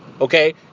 okay